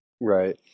Right